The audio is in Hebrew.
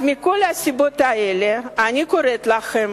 אז מכל הסיבות האלה אני קוראת לכם,